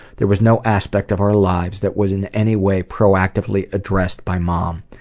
there was no aspect of our lives that was in any way proactively addressed by mom.